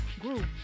group